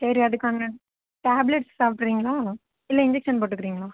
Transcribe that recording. சரி அதுக்கான டேப்லெட் சாப்பிடுறீங்ளா இல்லை இன்ஜெக்ஷன் போட்டுக்கிறீங்ளா